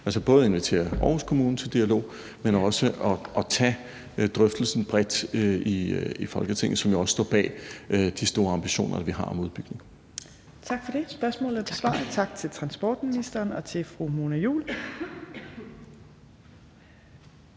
altså både inviterer Aarhus Kommune til dialog, men også tager drøftelsen bredt i Folketinget, som jo også står bag de store ambitioner, vi har, om udbygning. Kl. 15:13 Tredje næstformand (Trine Torp): Tak for det. Spørgsmålet er besvaret. Tak til transportministeren og til fru Mona Juul.